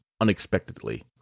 unexpectedly